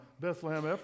Bethlehem